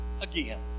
again